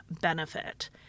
benefit